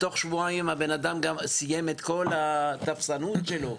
בתוך שבועיים הבן-אדם סיים גם את כל הטפסים שלו,